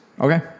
Okay